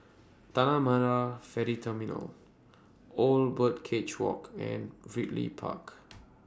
Tanah Marah Ferry Terminal Old Birdcage Walk and Ridley Park